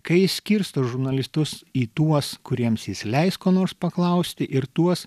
kai jis skirsto žurnalistus į tuos kuriems jis leis ko nors paklausti ir tuos